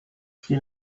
she